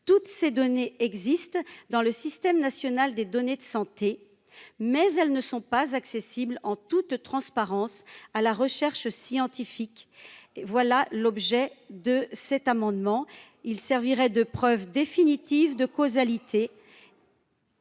toutes ces données existent dans le système national des données de santé, mais elles ne sont pas accessibles en toute transparence, à la recherche scientifique, voilà l'objet de cet amendement, il servirait de preuve définitive de causalité.